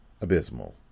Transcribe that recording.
Abysmal